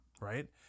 right